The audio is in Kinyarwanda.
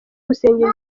gusengera